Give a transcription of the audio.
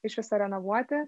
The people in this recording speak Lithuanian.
iš viso renovuoti